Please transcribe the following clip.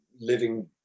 living